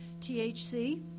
THC